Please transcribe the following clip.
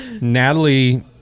Natalie